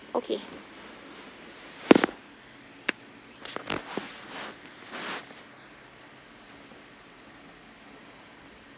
okay